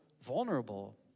vulnerable